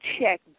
check